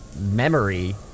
memory